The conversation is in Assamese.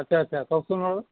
আছে আছে কওকচোন বাৰু